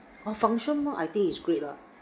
[oh]function room I think it's great lah